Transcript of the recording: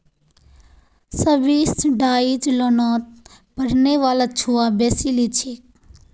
subsidised लोनोत पढ़ने वाला छुआ बेसी लिछेक